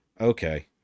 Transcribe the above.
okay